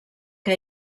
que